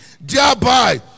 thereby